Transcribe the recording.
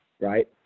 right